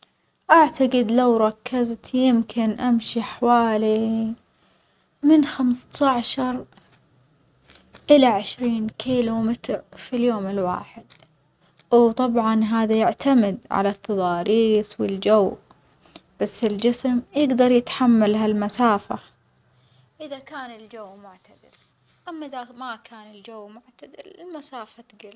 أعتجد لو ركزت يمكن أمشي حوالي من خمسة عشر إلى عشرين كيلو متر في اليوم الواحد، وطبعًا هذا يعتمد على التضاريس والجو بس الجسم يجدر يتحمل هالمسافة إذا كان الجو معتدل، أما إذا ما كان الجو معتدل المسافة تجل.